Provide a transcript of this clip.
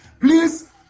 Please